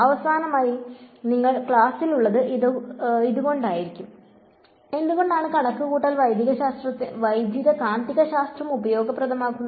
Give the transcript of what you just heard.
അവസാനമായി നിങ്ങൾ ക്ലാസിലുള്ളത് ഇതുകൊണ്ടായിരിക്കാം എന്തുകൊണ്ടാണ് കണക്കുകൂട്ടൽ വൈദ്യുതകാന്തികശാസ്ത്രം ഉപയോഗപ്രദമാകുന്നത്